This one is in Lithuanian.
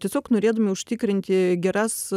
tiesiog norėdami užtikrinti geras